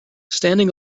standing